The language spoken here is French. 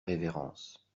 révérence